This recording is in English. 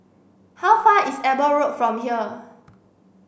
how far away is Eber Road from here